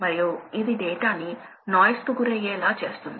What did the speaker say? energy ఆదా అనేది ఎల్లప్పుడూ ముఖ్యమైన ప్రమాణం కాదు